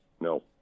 no